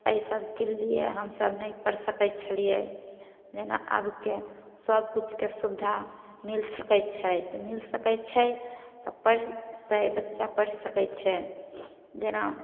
अइ सबके लिए हमसब नहि पढ़ि सकय छलियै जेना आबके सब किछुके सविधा मिल सकय छै मिल सकय छै तऽ पढ़तै तऽ बच्चा पढ़ि सकय छै जेना